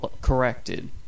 corrected